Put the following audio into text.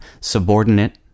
subordinate